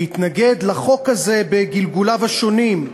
להתנגד לחוק הזה בגלגוליו השונים.